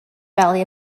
valley